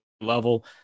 level